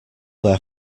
their